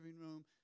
room